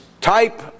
type